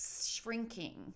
shrinking